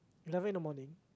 eleven in the morning